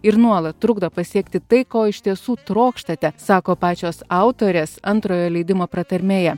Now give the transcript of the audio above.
ir nuolat trukdo pasiekti tai ko iš tiesų trokštate sako pačios autorės antrojo leidimo pratarmėje